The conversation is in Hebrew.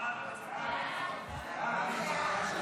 הטרומית ותעבור לדיון בוועדת העבודה והרווחה לצורך הכנתה לקריאה ראשונה.